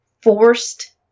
forced